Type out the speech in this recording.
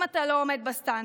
אם אתה לא עומד בסטנדרט,